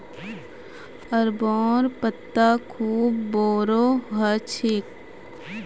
अरबोंर पत्ता खूब बोरो ह छेक